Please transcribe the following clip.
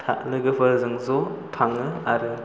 लोगोफोरजों ज' थाङो आरो